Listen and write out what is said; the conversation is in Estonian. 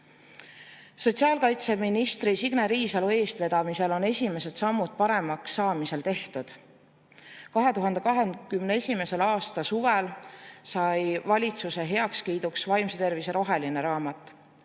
Sotsiaalkaitseminister Signe Riisalo eestvedamisel on esimesed sammud paremaks saamisel tehtud. 2021. aasta suvel sai valitsuse heakskiidu vaimse tervise roheline raamat.